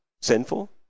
sinful